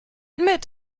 mit